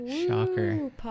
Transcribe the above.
shocker